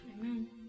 Amen